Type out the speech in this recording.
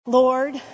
Lord